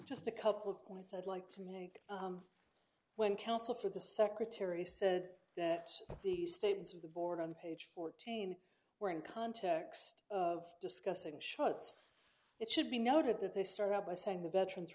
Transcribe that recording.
just a couple of points i'd like to make when counsel for the secretary said that the statements of the board on page fourteen were in context of discussing shots it should be noted that they start out by saying the veterans